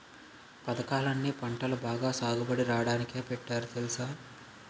పదకాలన్నీ పంటలు బాగా సాగుబడి రాడానికే పెట్టారు తెలుసా?